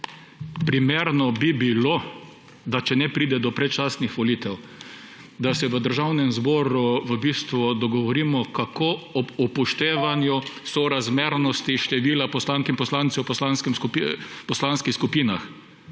Primerno bi bilo, da če ne pride do predčasnih volitev, da se v Državnem zboru dogovorimo kako ob upoštevanju sorazmernosti števila poslank in poslancev poslanskih skupinah